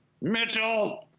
mitchell